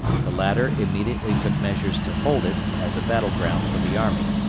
the latter immediately took measures to hold it as a battle-ground for the army,